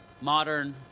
modern